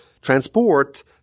transport